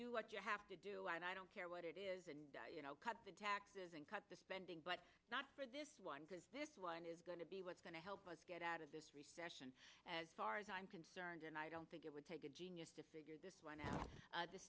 know what you have to do and i don't care what it is and you know cut the taxes and cut the spending but not for this one because this one is going to be what's going to help us get out of this recession as far as i'm concerned and i don't think it would take a genius to figure this one o